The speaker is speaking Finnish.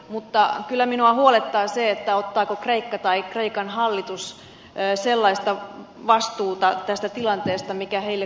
mutta kyllä minua huolettaa se ottaako kreikka tai kreikan hallitus sellaista vastuuta tästä tilanteesta mikä heille kuuluisi